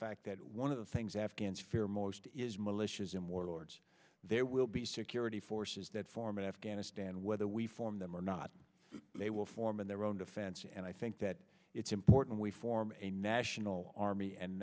fact that one of the things afghans fear most is militias in warlords there will be security forces that form afghanistan whether we form them or not they will form in their own defense and i think that it's important we form a national army and